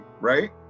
Right